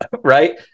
Right